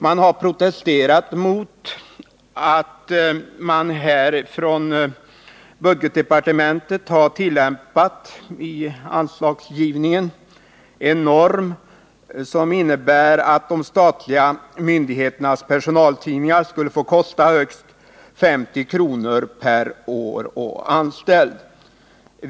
Man har protesterat mot att budgetdepartementet i anslagsgivningen har tillämpat en norm som innebär att de statliga myndigheternas personaltidningar skulle få kosta högst 50 kr. per år och anställd.